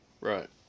Right